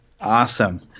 Awesome